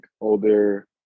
older